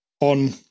on